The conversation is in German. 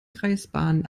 kreisbahnen